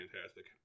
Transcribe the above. fantastic